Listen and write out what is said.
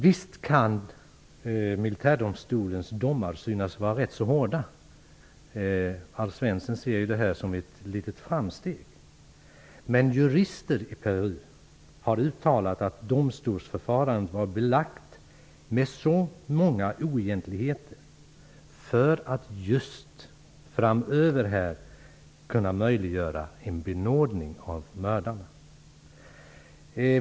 Visst kan militärdomstolens domar synas vara rätt så hårda -- Alf Svensson ser ju domstolsutslaget som ett litet framsteg. Men jurister i Peru har uttalat att domstolsförfarandet var belagt med många oegentligheter, för att framöver kunna möjliggöra en benådning av mördarna.